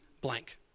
blank